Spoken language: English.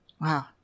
Wow